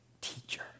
teacher